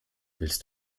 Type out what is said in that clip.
willst